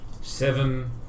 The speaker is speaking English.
seven